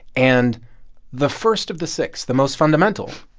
and the first of the six, the most fundamental,